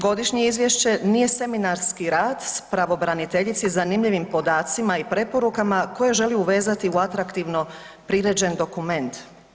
Godišnje izvješće nije seminarski rad s pravobraniteljici zanimljivim podacima i preporukama koje želi uvezati u atraktivno priređen dokument.